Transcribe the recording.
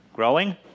Growing